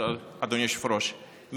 אדוני היושב-ראש,